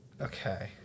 okay